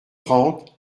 trente